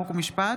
חוק ומשפט.